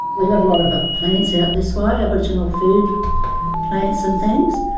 we've got a lot of ah plants out this way, aboriginal food plants and things